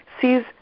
sees